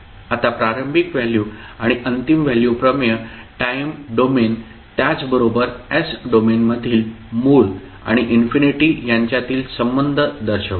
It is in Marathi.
आता प्रारंभिक व्हॅल्यू आणि अंतिम व्हॅल्यू प्रमेय टाईम डोमेन त्याचबरोबर s डोमेनमधील मूळ आणि इन्फिनिटी यांच्यातील संबंध दर्शवतात